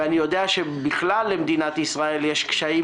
ואני יודע שלמדינת ישראל יש בכלל קשיים